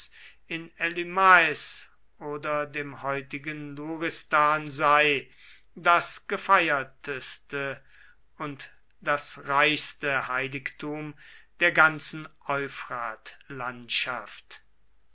in elymais oder dem heutigen luristan sei das gefeiertste und das reichste heiligtum der ganzen